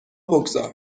بگذار